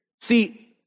See